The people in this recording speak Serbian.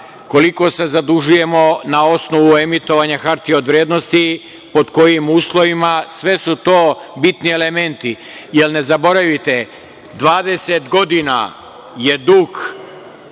koliko se zadužujemo na osnovu emitovanja hartije od vrednosti, pod kojim uslovima, sve su to bitni elementi, jer ne zaboravite, 20 godina je dug,